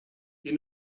you